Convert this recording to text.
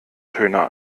töne